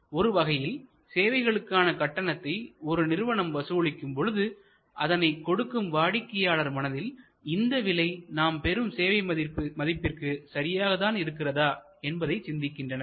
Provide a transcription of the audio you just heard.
ஒரு வகையில் சேவைகளுக்கான கட்டணத்தை ஒரு நிறுவனம் வசூலிக்கும் பொழுது அதனை கொடுக்கும் வாடிக்கையாளர் மனதில் இந்த விலை நாம் பெறும் சேவை மதிப்பிற்கு சரியாக தான் இருக்கிறதா என்பதை சிந்திக்கின்றனர்